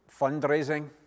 fundraising